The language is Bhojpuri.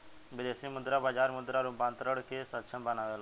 विदेशी मुद्रा बाजार मुद्रा रूपांतरण के सक्षम बनावेला